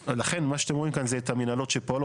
לכן מה שאתם רואים כאן זה את המינהלות שפועלות